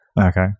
Okay